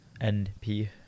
np